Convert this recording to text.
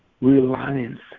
reliance